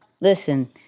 Listen